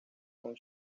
con